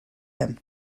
him